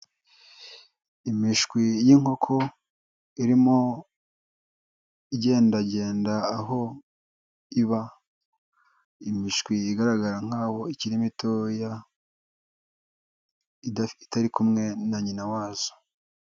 Imishwi y'inkoko irimo igendagenda aho iba, imishwi igaragara nkaho ikiri mitoya itari kumwe na nyina wazo.